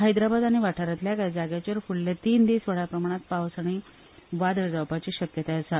हैदराबाद आनी वाठारांतल्या कांय जाग्यांचेर फुडले तीन दीस व्हड प्रमाणांत पावस आनी वादळ जावपाची शक्यताय आसा